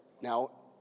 now